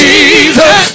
Jesus